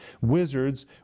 wizards